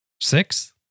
Six